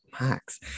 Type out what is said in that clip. Max